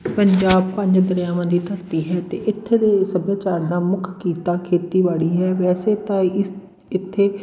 ਪੰਜਾਬ ਪੰਜ ਦਰਿਆਵਾਂ ਦੀ ਧਰਤੀ ਹੈ ਅਤੇ ਇੱਥੇ ਦੇ ਸੱਭਿਆਚਾਰ ਦਾ ਮੁੱਖ ਕਿੱਤਾ ਖੇਤੀਬਾੜੀ ਹੈ ਵੈਸੇ ਤਾਂ ਇਸ ਇੱਥੇ